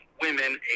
women